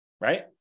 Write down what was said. Right